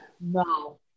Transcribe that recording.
No